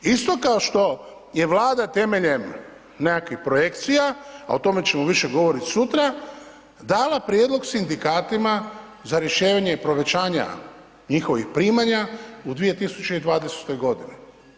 Isto kao što je Vlada temeljem nekakvih projekcija a o tome ćemo više govorit sutra, dala prijedlog sindikatima za rješenje povećanja njihovih primanja u 2020. godini.